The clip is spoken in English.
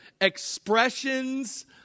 Expressions